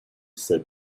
said